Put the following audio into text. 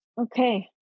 Okay